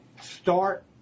start